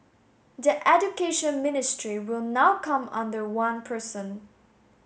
the Education Ministry will now come under one person